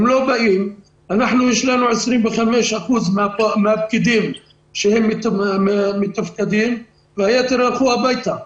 רק 25% מהפקידים שלנו מתפקדים והיתר הלכו הביתה.